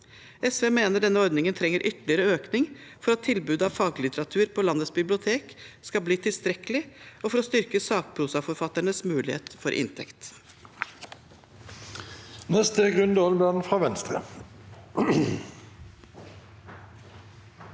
SV mener denne ordningen trenger ytterligere økning for at tilbudet av faglitteratur på lan dets bibliotek skal bli tilstrekkelig, og for å styrke sakprosaforfatternes muligheter for inntekt.